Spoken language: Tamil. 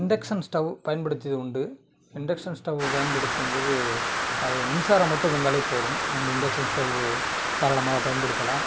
இண்டக்ஷன் ஸ்டவ் பயன்படுத்தியதுண்டு இண்டக்ஷன் ஸ்டவ் பயன்படுத்தும் போது அது மின்சாரம் மட்டும் இருந்தாலே போதும் நம்ம இண்டக்ஷன் ஸ்டவ்வு தாராளமாக பயன்படுத்தலாம்